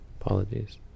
Apologies